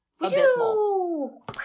abysmal